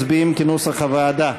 מצביעים כנוסח הוועדה.